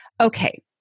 Okay